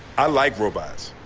i like robots.